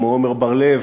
כמו עמר בר-לב,